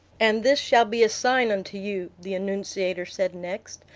and this shall be a sign unto you, the annunciator said next.